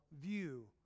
view